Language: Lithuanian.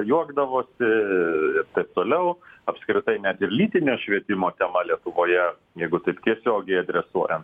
juokdavosi ir taip toliau apskritai net ir lytinio švietimo tema lietuvoje jeigu taip tiesiogiai adresuojam